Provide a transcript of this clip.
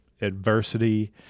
adversity